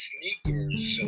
Sneakers